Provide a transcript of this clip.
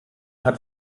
hat